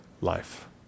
life